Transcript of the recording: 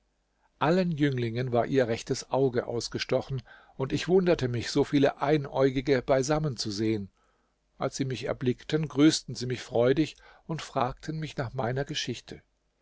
allen jünglingen war ihr rechtes auge ausgestochen und ich wunderte mich so viele einäugige beisammen zu sehen als sie mich erblickten grüßten sie mich freudig und fragten mich nach meiner geschichte